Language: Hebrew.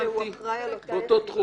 זה הגורם הבכיר שאחראי על אותה יחידה.